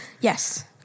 Yes